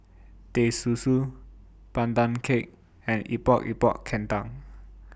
Teh Susu Pandan Cake and Epok Epok Kentang